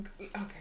Okay